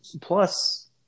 plus